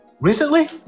recently